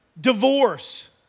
divorce